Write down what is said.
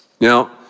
Now